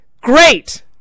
great